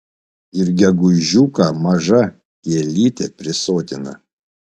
ir gegužiuką maža kielytė prisotina